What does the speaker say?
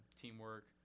teamwork